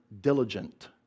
diligent